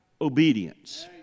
obedience